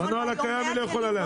נכון להיום,